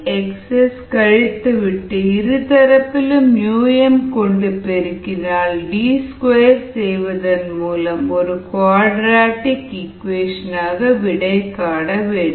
YxS கழித்துவிட்டு இருதரப்பிலும் 𝜇 m கொண்டு பெருக்கி D square செய்வதன் மூலம் ஒரு Quadratic equation ஆக விடைகாண வேண்டும்